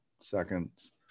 seconds